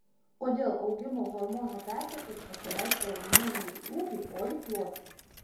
kodėl augimo hormono perteklius pasireiškia augimu ne į ūgį o į plotį